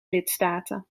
lidstaten